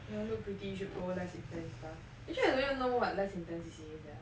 you want look pretty should do less intense stuff actually I don't even know what less intense C_C_A is there